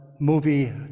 movie